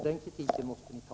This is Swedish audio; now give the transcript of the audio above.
Den kritiken måste ni ta.